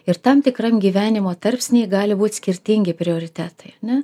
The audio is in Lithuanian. ir tam tikram gyvenimo tarpsny gali būti skirtingi prioritetai ane